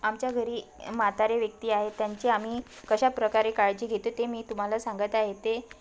आमच्या घरी म्हातारे व्यक्ती आहे त्यांची आम्ही कशाप्रकारे काळजी घेतो ते मी तुम्हाला सांगत आहे ते